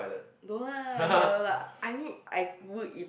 don't lah never lah I mean I would if